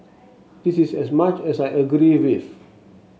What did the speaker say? this is as much as I agree with